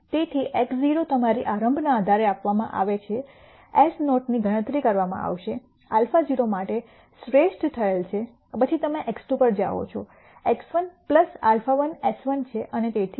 તેથી x0 તમારી આરંભના આધારે આપવામાં આવે છેs નૉટ ની ગણતરી કરવામાં આવશે α0 માટે શ્રેષ્ટ થયેલ છે પછી તમે x2 પર જાઓ છે x1 α1 s1 છે અને તેથી પર